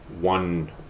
one